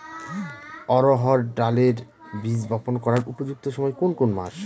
অড়হড় ডালের বীজ বপন করার উপযুক্ত সময় কোন কোন মাস?